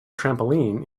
trampoline